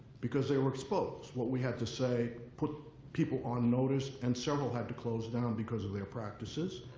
because they were exposed. what we had to say put people on notice. and several had to close down because of their practices.